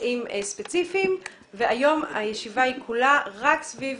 נושאים ספציפיים והיום הישיבה היא כולה רק סביב